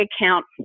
account